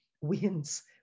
wins